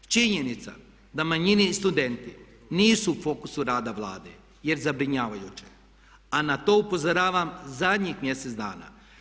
Činjenica da manjine i studenti nisu u fokusu rada Vlade je zabrinjavajuće a na to upozoravam zadnjih mjesec dana.